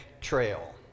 trail